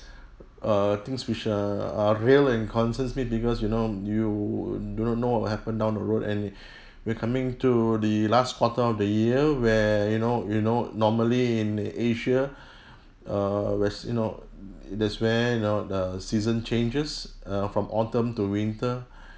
err things which err are real and concerns me because you know you do not know what will happen down the road and we're coming to the last quarter of the year where you know you know normally in asia err where's you know that's where you know the season changes uh from autumn to winter